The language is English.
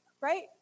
right